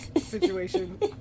situation